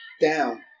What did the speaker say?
down